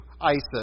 ISIS